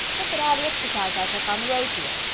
look at all the ex'cise i took on the road here.